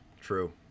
True